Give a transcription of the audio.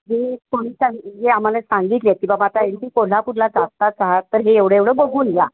हे जे आम्हाला सांगितले की बाबा आता कोल्हापूरला जाताच आहात तर हे एवढं एवढं बघून घ्या